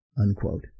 unquote